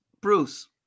Bruce